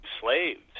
slaves